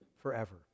Forever